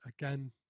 again